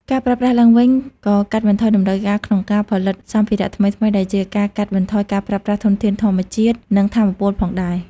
ការប្រើប្រាស់ឡើងវិញក៏កាត់បន្ថយតម្រូវការក្នុងការផលិតសម្ភារៈថ្មីៗ ដែលជាការកាត់បន្ថយការប្រើប្រាស់ធនធានធម្មជាតិ និងថាមពលផងដែរ។